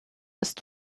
ist